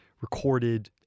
recorded